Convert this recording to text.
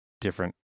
different